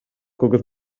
coques